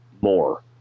more